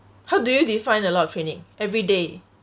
how do you define a lot of training every day